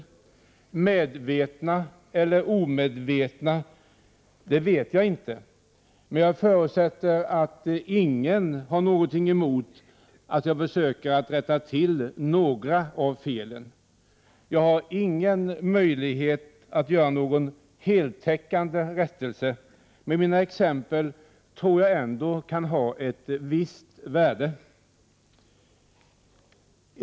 Om dessa varit medvetna eller omedvetna vet jag inte, men jag förutsätter att ingen har någonting emot att jag försöker rätta till några av felen. Jag har ingen möjlighet att göra någon heltäckande rättelse, men jag tror ändå att mina exempel kan ha ett visst värde.